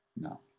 no